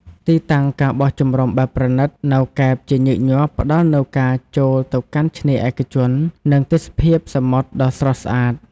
ទីតាំង ការបោះជំរំបែបប្រណីត នៅកែបជាញឹកញាប់ផ្តល់នូវការចូលទៅកាន់ឆ្នេរឯកជន និងទេសភាពសមុទ្រដ៏ស្រស់ស្អាត។